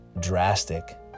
drastic